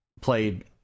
played